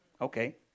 Okay